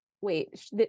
wait